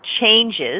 changes